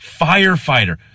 firefighter